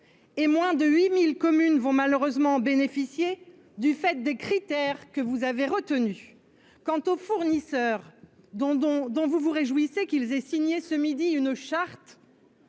et moins de 8000 communes vont malheureusement bénéficié du fait des critères que vous avez retenu quant aux fournisseurs dont dont dont vous vous réjouissez qu'ils aient signé ce midi une charte.